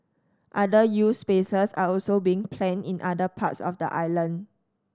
other youth spaces are also being planned in other parts of the island